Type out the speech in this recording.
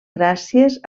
gràcies